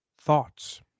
thoughts